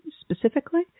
specifically